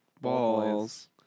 Balls